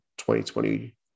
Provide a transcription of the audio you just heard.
2020